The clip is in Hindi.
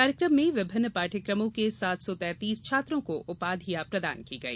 कार्यक्रम में विभिन्न पाठ्यक्रमों के सात सौ तैतीस छात्रों को उपाधियाँ प्रदान की गई